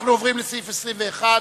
אנחנו עוברים לסעיף 21,